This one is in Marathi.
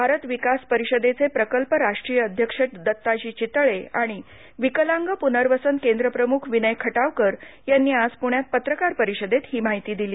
भारत विकास परिषदेचे प्रकल्प राष्ट्रीय अध्यक्ष दत्ताजी चितळे आणि विकलांग प्नर्वसन केंद्रप्रमुख विनय खटावकर यांनी आज पृण्यात पत्रकार परिषदेत ही माहिती दिली